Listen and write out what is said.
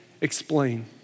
explain